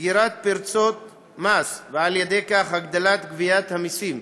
סגירת פרצות מס, ועל ידי כך הגדלת גביית המסים,